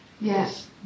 Yes